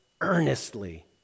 earnestly